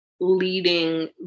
leading